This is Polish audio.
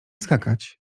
skakać